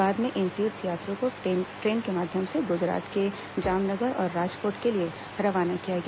बाद में इन तीर्थ यात्रियों को ट्रेन के माध्यम से गुजरात के जामनगर और राजकोट के लिए रवाना किया गया